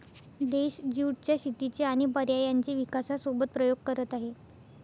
देश ज्युट च्या शेतीचे आणि पर्यायांचे विकासासोबत प्रयोग करत आहे